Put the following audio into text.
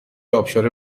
ابشار